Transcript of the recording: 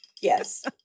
yes